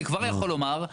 אני כבר יכול לומר,